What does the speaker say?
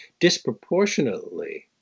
disproportionately